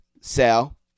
Sal